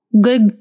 good